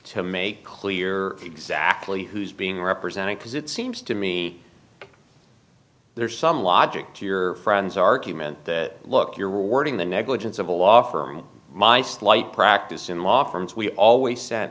to make clear exactly who's being represented because it seems to me there's some logic to your friends argument that look you're rewarding the negligence of a law firm my slight practice in law firms we always se